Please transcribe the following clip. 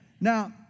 Now